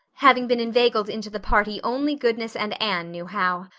having been inveigled into the party only goodness and anne knew how.